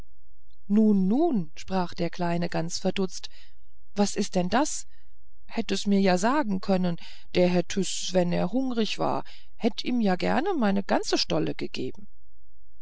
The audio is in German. nun nun sprach der kleine ganz verdutzt was ist denn das hätt es mir ja sagen können der herr tyß wenn er hungrig war hätt ihm ja gern meine ganze stolle gegeben